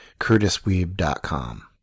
curtisweeb.com